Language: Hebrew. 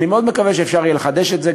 3. אני מאוד מקווה שאפשר יהיה לחדש את זה.